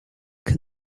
can